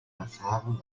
erfahrung